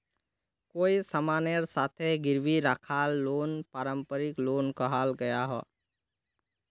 कोए सामानेर साथे गिरवी राखाल लोन पारंपरिक लोन कहाल गयाहा